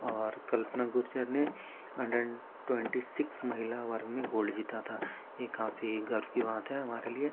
और कल्पना गुर्जर ने hundred and twenty six महिला वर्ग में गोल्ड जीता था यह काफी गर्व की बात है हमारे लिए